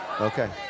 Okay